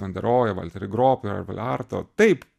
banderole walter gropius ir waller to taip